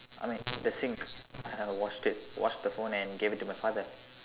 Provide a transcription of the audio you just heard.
I mean the sink I washed it washed the phone and gave it to my father